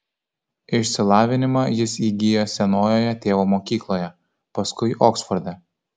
išsilavinimą jis įgijo senojoje tėvo mokykloje paskui oksforde